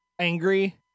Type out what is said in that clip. angry